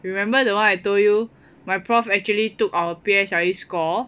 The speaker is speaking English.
remember the one I told you my prof actually took our P_S_L_E score